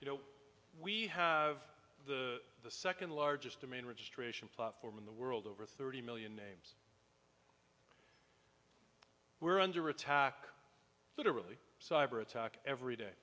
you know we have the second largest demand registration platform in the world over thirty million names we're under attack literally cyber attack every day